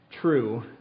true